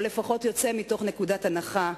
או לפחות יוצא מנקודת הנחה,